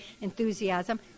enthusiasm